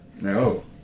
No